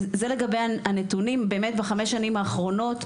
בחמש השנים האחרונות,